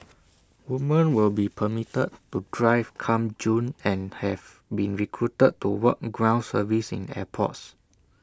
woman will be permitted to drive come June and have been recruited to work ground service in airports